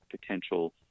potential